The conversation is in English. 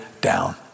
down